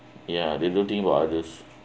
ya they do think about others